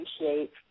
appreciate